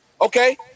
Okay